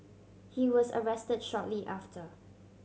he was arrested shortly after